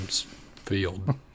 field